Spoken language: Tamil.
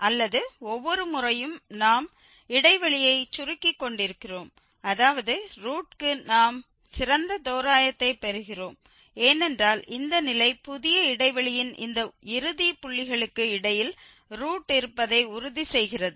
அல்லது ஒவ்வொரு முறையும் நாம் இடைவெளியைக் சுருக்கிக் கொண்டிருக்கிறோம் அதாவது ரூட்க்கு நாம் சிறந்த தோராயத்தைப் பெறுகிறோம் ஏனென்றால் இந்த நிலை புதிய இடைவெளியின் இந்த இறுதி புள்ளிகளுக்கு இடையில் ரூட் இருப்பதை உறுதி செய்கிறது